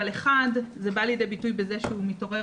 אבל אחד זה בא לידי ביטוי בזה שהוא מתעורר